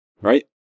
right